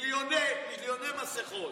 מיליוני מסכות.